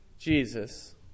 Jesus